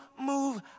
move